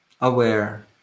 aware